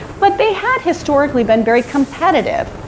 but they had historically been very competitive.